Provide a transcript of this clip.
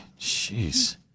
Jeez